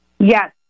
Yes